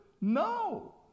no